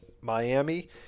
Miami